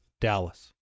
Dallas